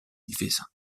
difesa